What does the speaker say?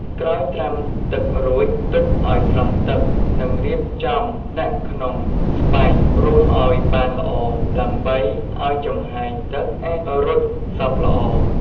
ក្រោយត្រាំទឹករួចទុកឱ្យស្រស់ទឹក និងរៀបចំដាក់ក្នុងស្បៃ រុំឱ្យបានល្អ ដើម្បីឱ្យចំហាយទឹកអាចរត់សព្វល្អ។